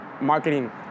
Marketing